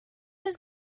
was